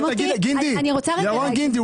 ירון גינדי,